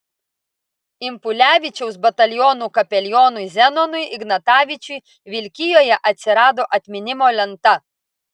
impulevičiaus batalionų kapelionui zenonui ignatavičiui vilkijoje atsirado atminimo lenta